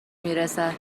میرسد